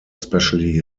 especially